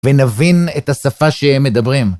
ונבין את השפה שהם מדברים.